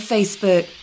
Facebook